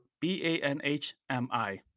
B-A-N-H-M-I